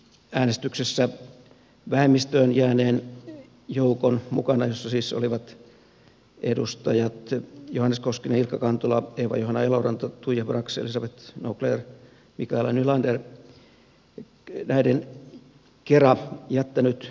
olen äänestyksessä vähemmistöön jääneen joukon mukana jossa siis olivat edustajat johannes koskinen ilkka kantola eeva johanna eloranta tuija brax elisabeth naucler mikaela nylander jättänyt vastalauseen